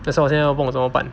that's why 我现在要不懂怎么办